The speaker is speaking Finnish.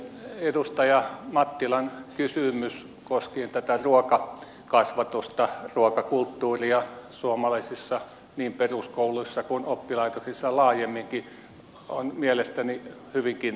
edustaja mattilan kysymys koskien tätä ruokakasvatusta ruokakulttuuria suomalaisissa niin peruskouluissa kuin oppilaitoksissa laajemminkin on mielestäni hyvinkin tärkeä